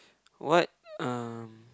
what um